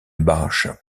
bâche